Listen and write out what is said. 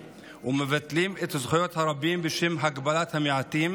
ומבטלים את זכויות הרבים בשם הגבלת המעטים,